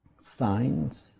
signs